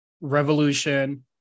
revolution